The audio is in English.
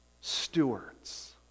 Stewards